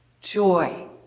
Joy